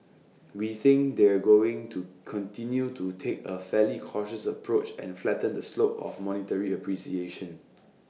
we think they're going to continue to take A fairly cautious approach and flatten the slope of monetary appreciation